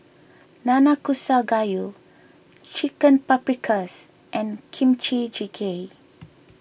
Nanakusa Gayu Chicken Paprikas and Kimchi Jjigae